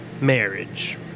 Marriage